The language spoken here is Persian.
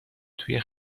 توی